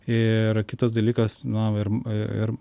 ir kitas dalykas na ir ir